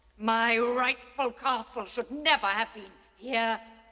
my rightful castle should never have been here.